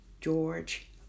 George